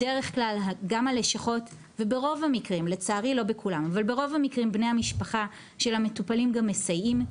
בדרך כלל גם הלשכות ברוב המקרים בני המשפחה של המטופלים גם מסייעים,